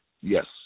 Yes